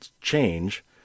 change